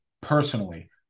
personally